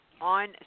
on